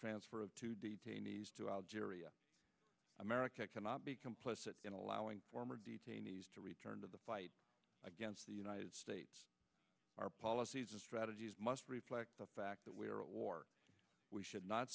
transfer of two detainees to algeria america cannot be complicit in allowing former detainees to return to the fight against the united states our policies and strategies must reflect the fact that we are at war we should not